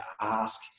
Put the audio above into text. ask